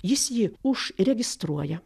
jis jį užregistruoja